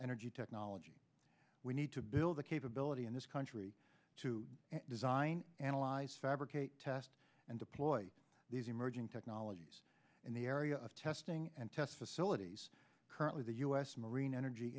g technology we need to build a capability in this country to design analyze fabricate test and deploy these emerging technologies in the area of testing and test facility currently the u s marine energy